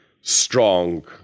strong